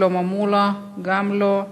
שלמה מולה, גם לא.